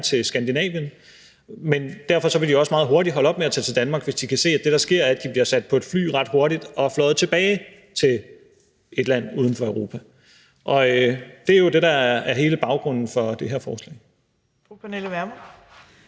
til Skandinavien, men derfor vil de også meget hurtigt holde op med at tage til Danmark, hvis de kan se, at det, der sker, er, at de bliver sat på et fly ret hurtigt og fløjet tilbage til et land uden for Europa. Det er jo det, der er hele baggrunden for det her forslag.